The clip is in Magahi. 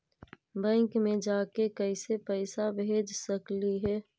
बैंक मे जाके कैसे पैसा भेज सकली हे?